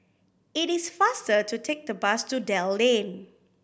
it is faster to take the bus to Dell Lane